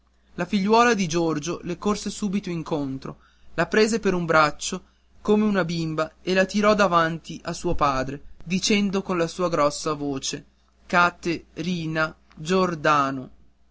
la figliuola di giorgio le corse subito incontro la prese per un braccio come una bimba e la tirò davanti a suo padre dicendo con la sua grossa voce ca te rina giordano